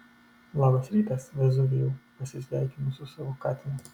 labas rytas vezuvijau pasisveikinu su savo katinu